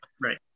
right